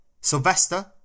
Sylvester